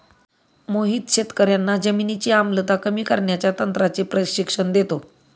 मोहित शेतकर्यांना जमिनीची आम्लता कमी करण्याच्या तंत्राचे प्रशिक्षण देतो